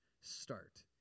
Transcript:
start